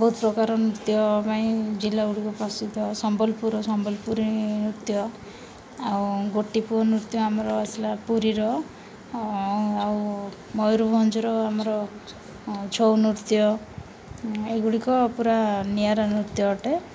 ବହୁତ ପ୍ରକାର ନୃତ୍ୟ ପାଇଁ ଜିଲ୍ଲାଗୁଡ଼ିକ ପ୍ରସିଦ୍ଧ ସମ୍ବଲପୁରରେ ସମ୍ବଲପୁରୀ ନୃତ୍ୟ ଆଉ ଗୋଟିପୁଅ ନୃତ୍ୟ ଆମର ଆସିଲା ପୁରୀର ଆଉ ମୟୂରଭଞ୍ଜର ଆମର ଛଉ ନୃତ୍ୟ ଏଗୁଡ଼ିକ ପୁରା ନିଆରା ନୃତ୍ୟ ଅଟେ